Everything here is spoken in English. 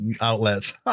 outlets